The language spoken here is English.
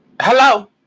hello